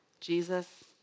Jesus